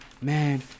man